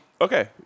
Okay